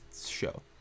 show